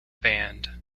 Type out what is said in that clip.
band